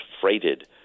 freighted